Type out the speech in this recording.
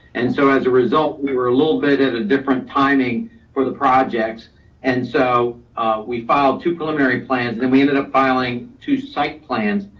and so, as a result, we were a little bit at a different timing for the projects and so we filed two preliminary plans. and then we ended up filing two site plans.